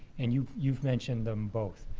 and you you've mentioned them both.